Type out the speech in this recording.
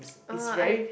uh I